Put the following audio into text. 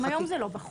גם היום זה לא בחוק.